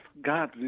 God